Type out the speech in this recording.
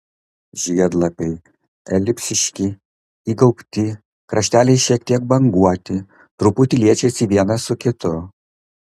žiedlapiai elipsiški įgaubti krašteliai šiek tiek banguoti truputį liečiasi vienas su kitu